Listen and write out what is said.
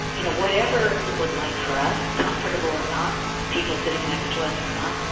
you know, whatever it was like for us, comfortable or not, people sitting next to us or not,